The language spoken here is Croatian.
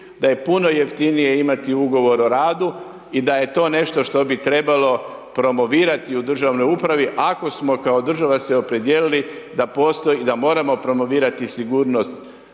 da je puno jeftinije imati Ugovor o radu i da je to nešto što bi trebalo promovirati u državnoj upravi ako smo kao država se opredijelili da postoji i da moramo promovirati sigurnost